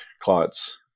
clients